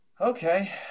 Okay